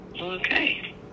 Okay